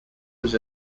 was